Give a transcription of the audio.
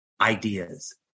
ideas